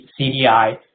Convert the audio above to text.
CDI